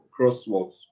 crosswalks